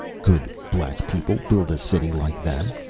could black people build a city like that?